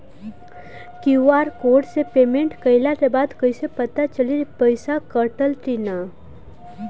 QR code से payment कईला के बाद कईसे पता चली की पैसा कटल की ना?